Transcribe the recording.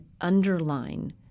underline